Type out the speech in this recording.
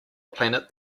planet